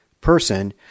person